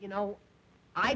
you know i